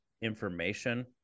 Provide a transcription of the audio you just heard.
information